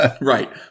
Right